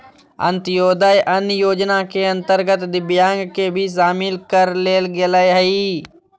अंत्योदय अन्न योजना के अंतर्गत दिव्यांग के भी शामिल कर लेल गेलय हइ